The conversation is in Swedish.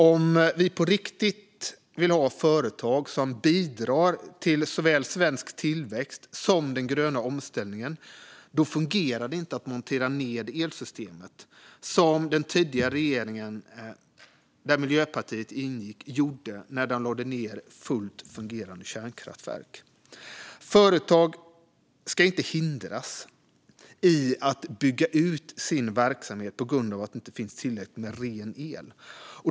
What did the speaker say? Om vi på riktigt vill ha företag som bidrar till såväl svensk tillväxt som den gröna omställningen fungerar det inte att montera ned elsystemet så som den tidigare regeringen, där Miljöpartiet ingick, gjorde när man lade ned fullt fungerande kärnkraftverk. Företag ska inte hindras från att bygga ut sin verksamhet på grund av att det inte finns tillräckligt med ren el.